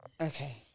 Okay